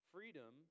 Freedom